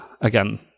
again